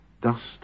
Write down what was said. dust